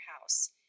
house